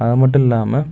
அதுமட்டும் இல்லாமல்